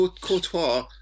Courtois